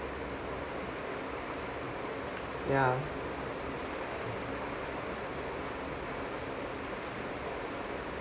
ya